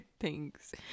Thanks